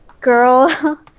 girl